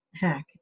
hack